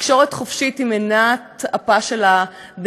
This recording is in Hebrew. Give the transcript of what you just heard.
תקשורת חופשית היא נשמת אפה של הדמוקרטיה.